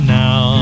now